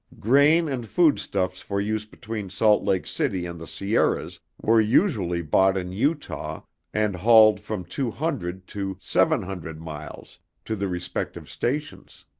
grain and food stuffs for use between salt lake city and the sierras were usually bought in utah and hauled from two hundred to seven hundred miles to the respective stations.